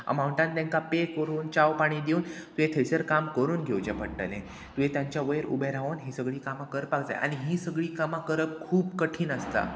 अमाउंटान तेंकां पे करून चाव पाणी दिवन तुवें थंयसर काम करून घेवचें पडटलें तुवें तांच्या वयर उबें रावन हीं सगळीं कामां करपाक जाय आनी हीं सगळीं कामां करप खूब कठीण आसता